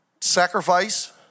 sacrifice